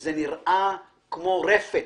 שזה נראה כמו רפת,